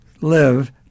live